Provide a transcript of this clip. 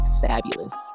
fabulous